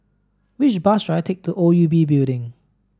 which bus should I take to O U B Building